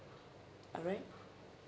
alright